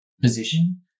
position